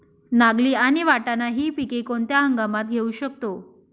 नागली आणि वाटाणा हि पिके कोणत्या हंगामात घेऊ शकतो?